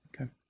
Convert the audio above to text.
Okay